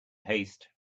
haste